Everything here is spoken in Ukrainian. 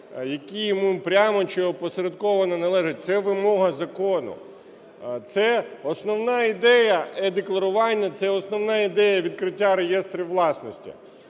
які йому прямо чи опосередковано належать. Це вимога закону. Це основна ідея, е-декларування відкриття реєстрів власності.